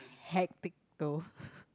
hectic though